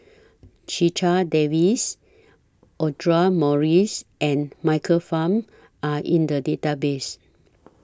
Checha Davies Audra Morrice and Michael Fam Are in The Database